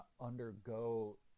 undergo